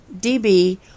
DB